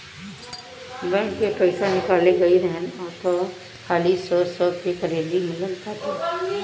bank से पईसा निकाले गईल रहनी हअ तअ खाली सौ सौ के करेंसी मिलल बाटे